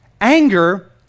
Anger